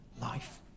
life